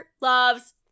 loves